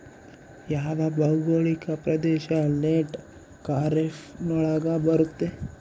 ಯಾವ ಭೌಗೋಳಿಕ ಪ್ರದೇಶ ಲೇಟ್ ಖಾರೇಫ್ ನೊಳಗ ಬರುತ್ತೆ?